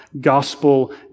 gospel